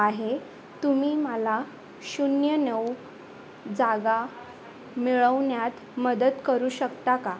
आहे तुम्ही मला शून्य नऊ जागा मिळवण्यात मदत करू शकता का